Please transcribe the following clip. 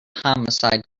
homicide